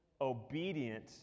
obedient